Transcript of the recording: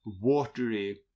watery